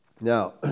Now